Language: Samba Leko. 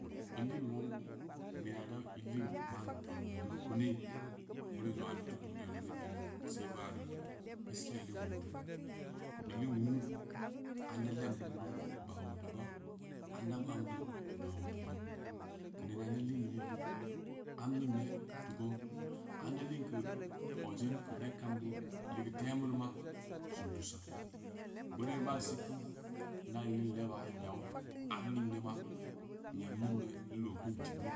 To in lin wong nina da in lin man zong bilu bo nau zongaa in teu duniya bono beya sai baaru gaskiya inlin wu'u teu kunu in lin wu'u anda leb lumururu baah o teu gong anda magndu baah o teu gong keunina ida am ning ne teu gong anda lin keu odedu keu neb kam bed ligeu temuru ma sin tusa bonou ba sig gei inda in lin leba nyau am ning ne ma nyam ningne in loo keu tigeulu